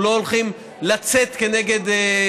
אנחנו לא הולכים לצאת בהתרסה,